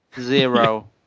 zero